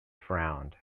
frowned